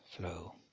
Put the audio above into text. flow